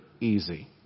easy